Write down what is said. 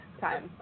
time